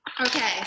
okay